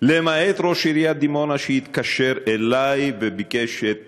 למעט ראש עיריית דימונה שהתקשר אלי וביקש את